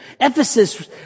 Ephesus